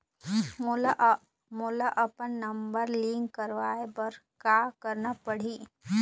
मोला अपन number link करवाये बर का करना पड़ही?